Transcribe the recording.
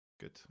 Good